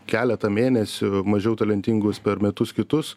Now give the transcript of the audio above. keletą mėnesių mažiau talentingus per metus kitus